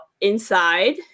Inside